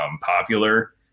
popular